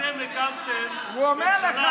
איך התחושה שאתם הקמתם, הוא אומר לך.